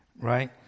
Right